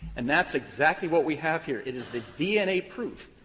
and that's exactly what we have here. it is the dna proof,